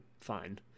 fine